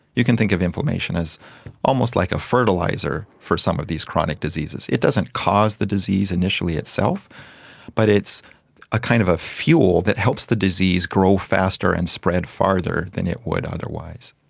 you can think of inflammation as almost like a fertiliser for some of these chronic diseases. it doesn't cause the disease initially itself but it's ah kind of a fuel that helps the disease grow faster and spread further than it would otherwise.